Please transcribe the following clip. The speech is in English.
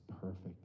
perfect